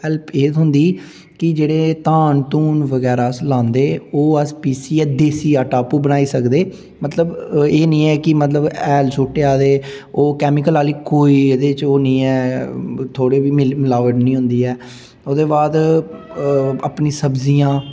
help एह् थ्होंदी कि जेह्ड़े धान धून बगैरा अस लांदे ओह् अस पिस्सियै देसी आटा आपूं बनाई सकदे मतलब एह् निं ऐ कि मतलब हैल सुट्टेआ ते ओह् केमिकल आह्ली कोई एह्दे च ओह् निं ऐ थोह्ड़े मिलावट निं होंदी ऐ ओह्दे बाद अपनी सब्जियां